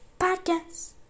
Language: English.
podcast